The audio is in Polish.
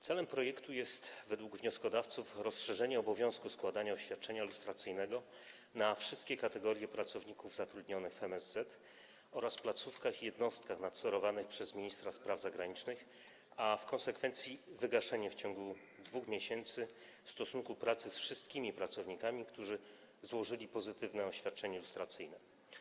Celem projektu jest według wnioskodawców rozszerzenie obowiązku składania oświadczenia lustracyjnego na wszystkie kategorie pracowników zatrudnionych w MSZ oraz placówkach i jednostkach nadzorowanych przez ministra spraw zagranicznych, a w konsekwencji - wygaszenie w ciągu 2 miesięcy stosunku pracy z wszystkimi pracownikami, którzy złożyli pozytywne oświadczenie lustracyjne.